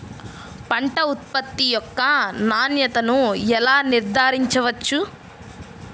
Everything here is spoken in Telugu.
పంట ఉత్పత్తి యొక్క నాణ్యతను ఎలా నిర్ధారించవచ్చు?